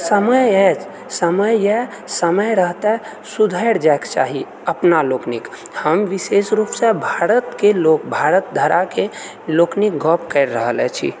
समय अछि समय रहिते सुधरि जाएके चाही अपना लोकनिक हम विशेष रूपसँ भारतके लोक भारत धराके लोकनिक गप करि रहल छी